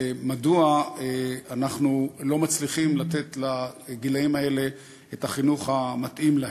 מדוע אנחנו לא מצליחים לתת לגילאים האלה את החינוך המתאים להם.